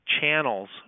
channels